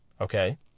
okay